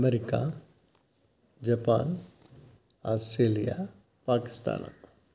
America Japan Australia Pakistan